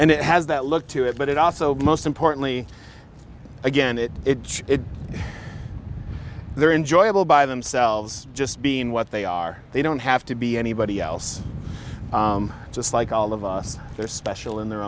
and it has that look to it but it also most importantly again it is their enjoyable by themselves just being what they are they don't have to be anybody else just like all of us they're special in their